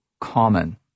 common